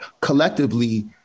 Collectively